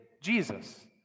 Jesus